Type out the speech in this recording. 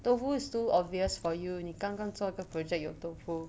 tofu is too obvious for you 你刚刚做个 project 有 tofu